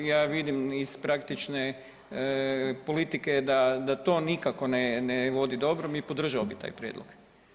Ja vidim iz praktične politike da to nikako ne vodi dobru i podržao bi taj prijedlog.